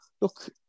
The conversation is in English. look